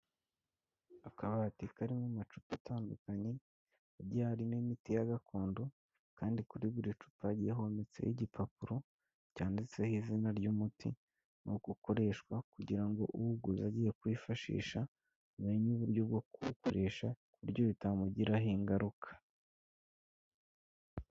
Akabati karimo amacupa atandukanye agiye arimo imiti ya gakondo, kandi kuri buri cupa hometseho igipapuro cyanditseho izina ry'umuti n'uko ukoreshwa, kugira ngo uwuguze agiye kuwifashisha amenye uburyo bwo kuwukoresha ku buryo bitamugiraho ingaruka.